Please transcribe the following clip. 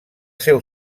seu